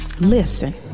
Listen